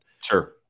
sure